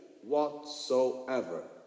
whatsoever